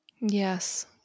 Yes